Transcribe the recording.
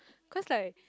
cause like